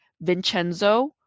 Vincenzo